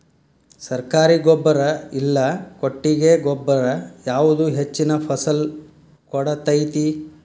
ಸರ್ಕಾರಿ ಗೊಬ್ಬರ ಇಲ್ಲಾ ಕೊಟ್ಟಿಗೆ ಗೊಬ್ಬರ ಯಾವುದು ಹೆಚ್ಚಿನ ಫಸಲ್ ಕೊಡತೈತಿ?